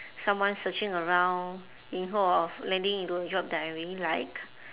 someone searching around in hope of landing into a job that I really like